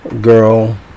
girl